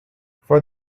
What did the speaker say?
for